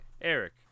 Eric